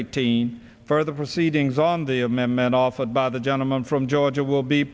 eighteen further proceedings on the amendment offered by the gentleman from georgia will be